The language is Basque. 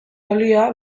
olioa